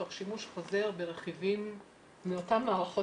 תוך שימוש חוזר ברכיבים מאותן מערכות